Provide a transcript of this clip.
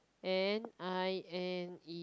N I N E